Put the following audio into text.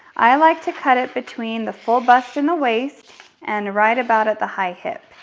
i like to cut it between the full bust in the waist and right about at the high hip.